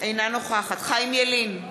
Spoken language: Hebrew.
אינה נוכחת חיים ילין,